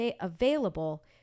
available